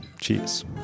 cheers